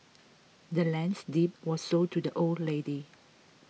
the land's deed was sold to the old lady